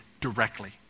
directly